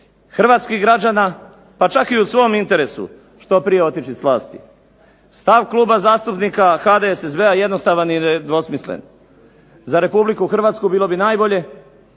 hrvatskih građana, pa čak i u svom interesu što prije otići s vlasti. Stav Kluba zastupnika HDSSB-a jednostavan je i nedvosmislen, za Republiku Hrvatsku bilo bi najbolje